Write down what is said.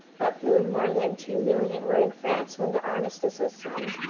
of whom more than two million were in france when the armistice was signed.